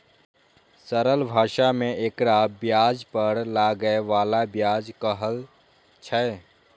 सरल भाषा मे एकरा ब्याज पर लागै बला ब्याज कहल छै